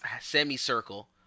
semicircle